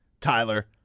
Tyler